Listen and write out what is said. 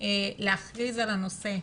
להכריז על הנושא